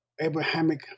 Abrahamic